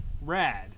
rad